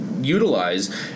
utilize